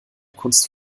kunst